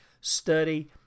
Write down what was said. study